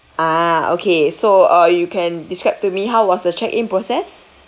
ah okay so uh you can describe to me how was the check in process